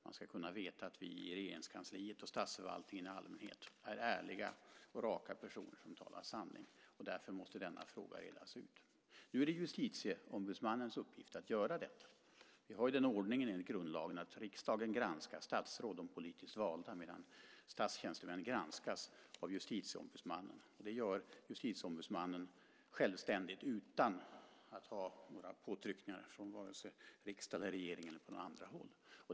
Man ska kunna veta att vi i Regeringskansliet och i statsförvaltningen i allmänhet är ärliga och raka personer som talar sanning. Därför måste denna fråga redas ut. Nu är det Justitieombudsmannens uppgift att göra detta. Vi har den ordningen enligt grundlagen att riksdagen granskar statsråd, de politiskt valda, medan statstjänstemän granskas av Justitieombudsmannen. Det gör Justitieombudsmannen självständigt utan några påtryckningar från vare sig riksdag, regering eller andra håll.